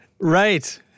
right